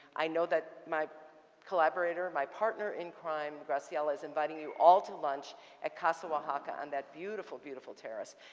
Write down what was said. i know that my collaborator, my partner in crime, graciela, is inviting you all to lunch at casa ah oaxaca on that beautiful, beautiful terrace.